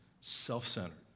self-centered